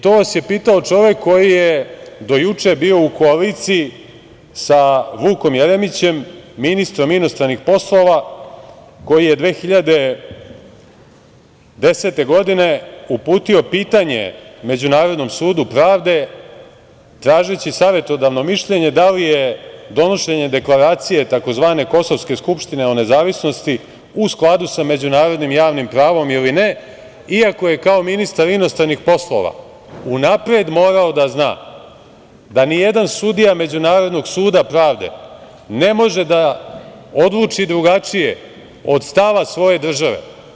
To vas je pitao čovek koji je do juče bio u koaliciji sa Vukom Jeremićem, ministrom inostranih poslova koji je 2010. godine uputio pitanje Međunarodnom sudu pravde tražeći savetodavno mišljenje da li je donošenje deklaracije tzv. kosovske skupštine o nezavisnosti u skladu sa međunarodnim javnim pravom ili ne, iako je kao ministar inostranih poslova unapred morao da zna da ni jedan sudija međunarodnog suda pravde ne može da odluči drugačije od stava svoje države.